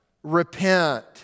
Repent